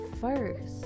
first